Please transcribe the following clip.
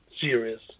serious